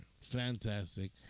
Fantastic